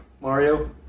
Mario